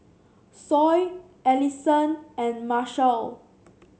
Sol Ellison and Marshal